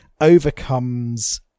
overcomes